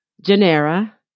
Genera